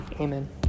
Amen